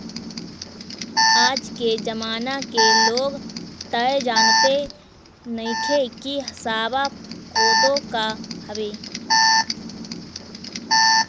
आज के जमाना के लोग तअ जानते नइखे की सावा कोदो का हवे